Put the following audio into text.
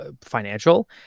financial